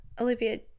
Olivia